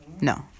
No